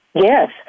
Yes